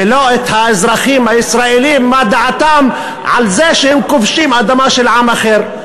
ולא את האזרחים הישראלים מה דעתם על זה שהם כובשים אדמה של עם אחר.